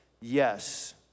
yes